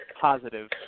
positive